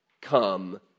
come